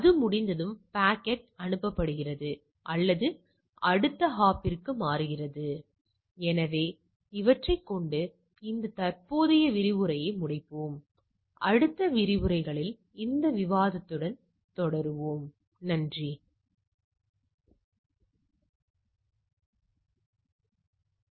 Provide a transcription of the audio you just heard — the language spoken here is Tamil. முக்கிய சொற்கள் நம்பக இடைவெளி மாறுபாட்டு அளவை விகிதம் அதிர்வெண் மாறிகள் கட்டின்மை கூறுகள் நிகழ்தகவு ஒட்டுமொத்த நிகழ்தகவு சராசரி திட்ட விலக்கம் நேர்வுபட்டியல் அட்டவணை கை வர்க்கம் கை சோதனை கை பரவல்